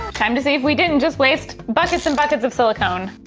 time to see if we didn't just waste buckets and buckets of silicone.